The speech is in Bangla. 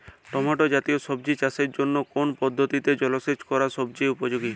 টমেটো জাতীয় সবজি চাষের জন্য কোন পদ্ধতিতে জলসেচ করা সবচেয়ে উপযোগী?